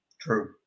True